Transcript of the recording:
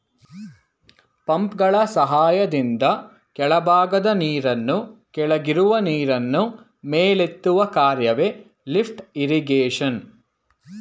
ಪಂಪ್ಗಳ ಸಹಾಯದಿಂದ ಕೆಳಭಾಗದ ನೀರನ್ನು ಕೆಳಗಿರುವ ನೀರನ್ನು ಮೇಲೆತ್ತುವ ಕಾರ್ಯವೆ ಲಿಫ್ಟ್ ಇರಿಗೇಶನ್